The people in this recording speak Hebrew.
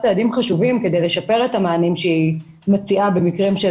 צעדים חשובים כדי לשפר את המענים שהיא מציעה במקרים של